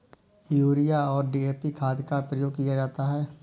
urea और DAP खाद का प्रयोग किया जाता है